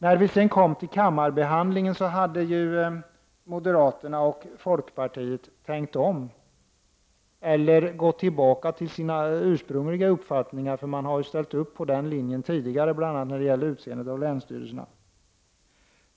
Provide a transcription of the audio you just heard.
När frågan kom till behandling i kammaren hade moderaterna och folkpartiet tänkt om eller möjligen gått tillbaka till sina ursprungliga uppfattningar; de har ju ställt upp på den linjen tidigare bl.a. när det gäller utseendet på länsstyrelserna.